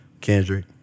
Kendrick